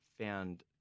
found